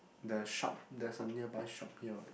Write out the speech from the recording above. the shop there's a nearby shop here what